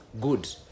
good